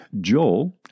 Joel